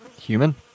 Human